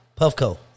puffco